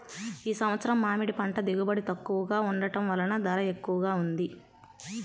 ఈ సంవత్సరం మామిడి పంట దిగుబడి తక్కువగా ఉండటం వలన ధర ఎక్కువగా ఉంది